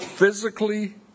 Physically